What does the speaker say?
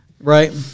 right